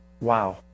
Wow